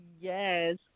Yes